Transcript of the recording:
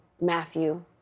Matthew